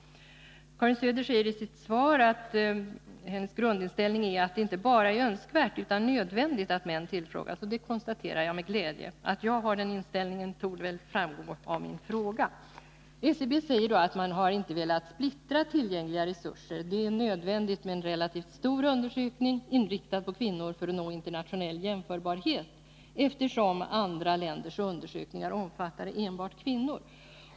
Torsdagen den Karin Söder säger i sitt svar att hennes grundinställning är att det är inte — 12 mars 1981 bara önskvärt utan nödvändigt att män tillfrågas, och det konstaterar jag med glädje. Att jag har samma inställning torde framgå av min fråga. Be säger att man inte har velat spiitira tillgängliga TesUrser och a det är projektet ” Barn nödvändigt med en relativt stor undersökning inriktad på kvinnor för att nå — pehov eller börinternationell jämförbarhet, eftersom andra länders undersökningar omfatda?” tar enbart kvinnor.